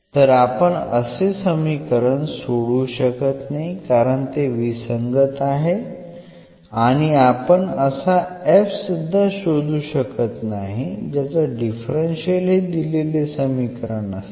तर आपण असे समीकरण सोडवू शकत नाही कारण हे विसंगत आहे आणि आपण असा f सुद्धा शोधू शकत नाही ज्याचा डिफरन्शियल हे दिलेले समीकरण असेल